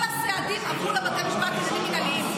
כל הסעדים עברו לבתי משפט לעניינים מינהליים.